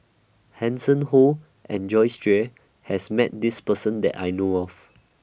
Hanson Ho and Joyce Jue has Met This Person that I know of